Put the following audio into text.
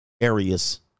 areas